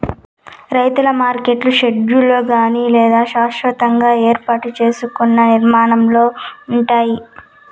రైతుల మార్కెట్లు షెడ్లలో కానీ లేదా శాస్వతంగా ఏర్పాటు సేసుకున్న నిర్మాణాలలో ఉంటాయి